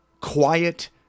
quiet